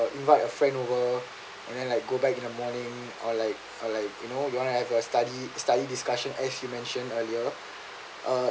invite a friend over and the like go back in the morning or like or like you want to have a study study discussion as you mention earlier uh